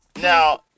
now